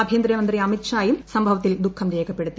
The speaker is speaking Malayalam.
ആഭ്യന്തരമന്ത്രി അമിത് ഷായും സുര്ഭവത്തിൽ ദുഖം രേഖപ്പെടുത്തി